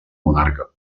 monarca